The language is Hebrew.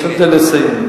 תשתדל לסיים.